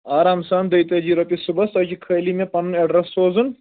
آرام سان دۄیہِ تٲجی رۄپیہِ صُبحس تۄہہِ چھِ خٲلی مےٚ پَنُن ایٚڈرَس سوزُن